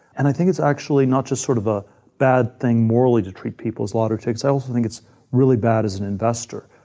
and i think it's, actually, not just sort of a bad thing morally to treat people as lottery tickets, i also think it's really bad as an investor.